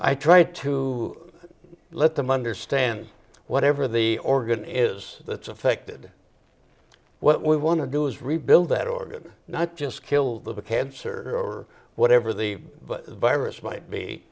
i try to let them understand whatever the organ is that's affected what we want to do is rebuild that organ not just kill the cancer or whatever the virus might be